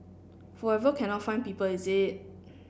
forever cannot find people is it